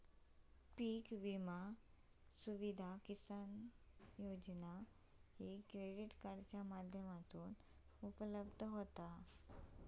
करणाऱ्याक पीक विमा सुविधा किसान क्रेडीट कार्डाच्या माध्यमातना उपलब्ध होता